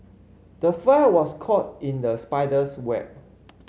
the fly was caught in the spider's web